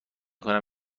کنم